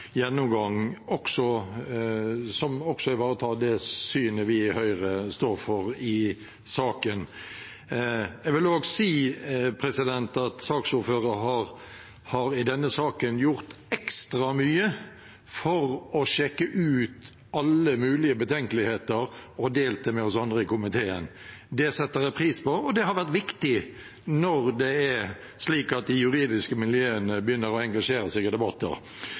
gjennomgang, som også ivaretar det synet vi i Høyre står for i saken. Jeg vil også si at saksordføreren i denne saken har gjort ekstra mye for å sjekke ut alle mulige betenkeligheter og delt dem med oss andre i komiteen. Det setter jeg pris på, og det har vært viktig når det er slik at de juridiske miljøene begynner å engasjere seg i debatter.